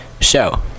show